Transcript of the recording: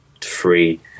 free